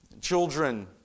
children